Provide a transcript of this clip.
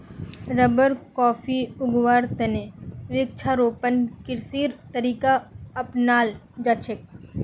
rubber, coffee उगव्वार त न वृक्षारोपण कृषिर तरीका अपनाल जा छेक